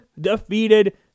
defeated